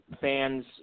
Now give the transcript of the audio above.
fans